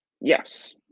Yes